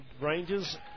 Rangers